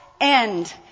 end